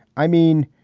i mean,